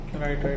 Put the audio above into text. Right